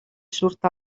surt